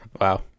wow